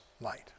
light